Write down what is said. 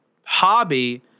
hobby